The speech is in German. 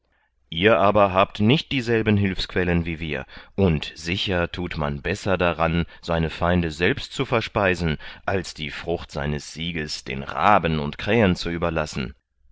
ihr aber habt nicht dieselben hülfsquellen wie wir und sicher thut man besser daran seine feinde selbst zu verspeisen als die frucht seines sieges den raben und krähen zu überlassen